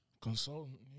consultant